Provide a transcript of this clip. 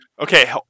Okay